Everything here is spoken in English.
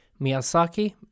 Miyazaki